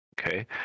Okay